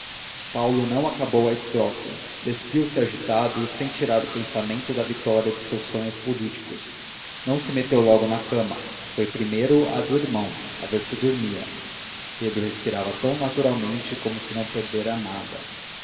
paulo não acabou a estrofe despiu-se agitado sem tirar o pensamento da vitória dos seus sonhos políticos não se meteu logo na cama foi primeiro à do irmão a ver se dormia pedro respirava tão naturalmente como se não perdera nada